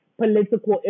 political